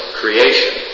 creation